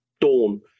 dawn